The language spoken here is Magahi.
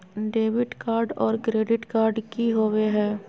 डेबिट कार्ड और क्रेडिट कार्ड की होवे हय?